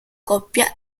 coppia